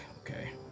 okay